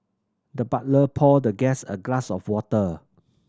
the butler poured the guest a glass of water